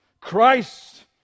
Christ